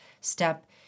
step